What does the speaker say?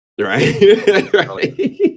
right